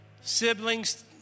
siblings